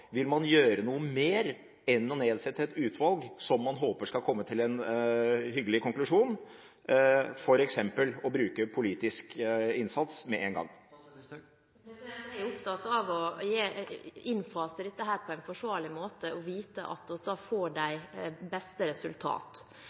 Vil man gjøre noe mer enn å nedsette et utvalg som man håper skal komme til en hyggelig konklusjon, og f.eks. bruke politisk innsats med en gang? Jeg er opptatt av å innfase dette på en forsvarlig måte og vite at vi da får de beste